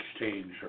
Exchange